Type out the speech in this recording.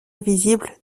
invisibles